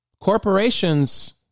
Corporations